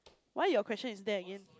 why your question is there again